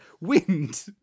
wind